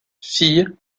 filles